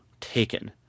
taken